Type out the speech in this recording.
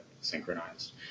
synchronized